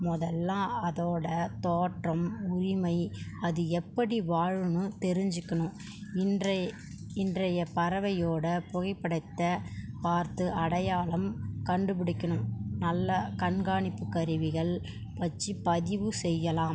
மொதலெலாம் அதோடய தோற்றம் உரிமை அது எப்படி வாழணும் தெரிஞ்சுக்கணும் இன்றைய இன்றைய பறவையோடய புகைப்படத்தை பார்த்து அடையாளம் கண்டுப்பிடிக்கணும் நல்லா கண்காணிப்பு கருவிகள் வச்சு பதிவு செய்யலாம்